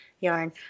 yarn